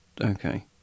Okay